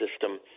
system